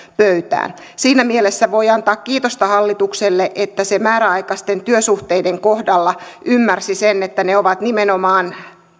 pöytään siinä mielessä voi antaa kiitosta hallitukselle että se määräaikaisten työsuhteiden kohdalla ymmärsi sen että ne ovat nimenomaan